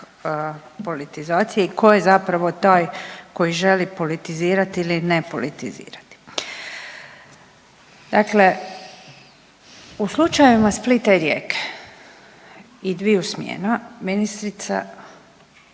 politizacije i ko je zapravo taj koji želi politizirati ili ne politizirati. Dakle u slučajevima Splita i Rijeke i dviju smjena, ministrica